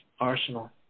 arsenal